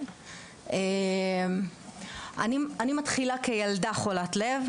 אני מתחילה כילדה חולת לב.